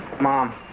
Mom